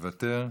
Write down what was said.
מוותר.